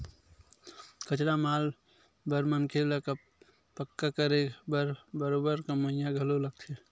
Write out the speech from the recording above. कच्चा माल बर मनखे ल पक्का करे बर बरोबर कमइया घलो लगथे